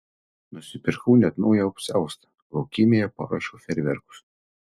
nusipirkau net naują apsiaustą laukymėje paruošiau fejerverkus